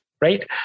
right